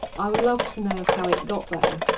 i would love to know how it got there